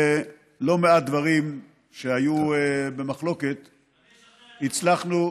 ולא מעט דברים שהיו במחלוקת, הצלחנו,